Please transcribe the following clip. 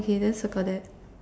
okay then circle that